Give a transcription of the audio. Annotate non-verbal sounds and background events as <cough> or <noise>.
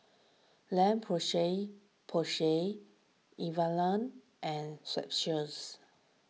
La Porsay Porsay <unintelligible> and Strepsils